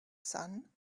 sun